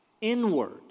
inward